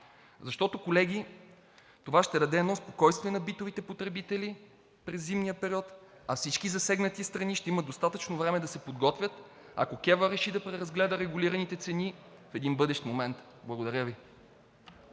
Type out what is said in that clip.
Защото, колеги, това ще даде едно спокойствие на битовите потребители през зимния период, а всички засегнати страни ще имат достатъчно време да се подготвят, ако КЕВР реши да преразгледа регулираните цени в един бъдещ момент. Благодаря Ви.